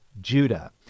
Judah